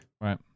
Right